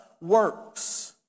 works